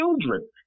children